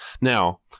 now